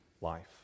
life